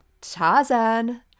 Tarzan